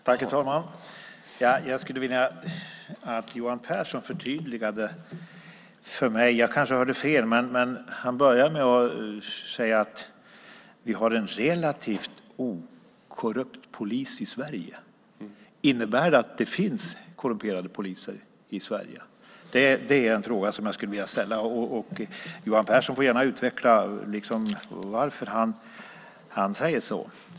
Herr talman! Jag skulle vilja ha ett förtydligande av Johan Pehrson. Jag kanske hörde fel, men Johan Pehrson sade att vi har en relativt okorrupt polis i Sverige. Innebär det att det finns korrumperade poliser i Sverige? Johan Pehrson får gärna utveckla varför han sade så.